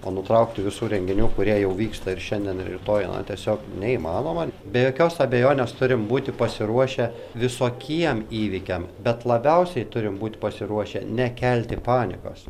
o nutraukti visų renginių kurie jau vyksta ir šiandien ir rytoj na tiesiog neįmanoma be jokios abejonės turim būti pasiruošę visokiem įvykiam bet labiausiai turim būt pasiruošę nekelti panikos